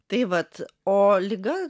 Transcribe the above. tai vat o liga